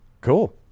Cool